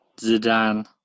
Zidane